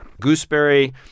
Gooseberry